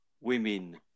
women